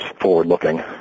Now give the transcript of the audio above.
forward-looking